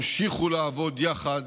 המשיכו לעבוד יחד,